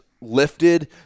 lifted